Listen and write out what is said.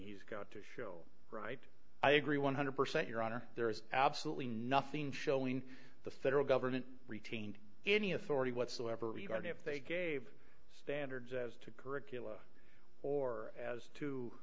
he's got to show right i agree one hundred percent your honor there is absolutely nothing showing the federal government retained any authority whatsoever regarding if they gave standards as to curricula or as to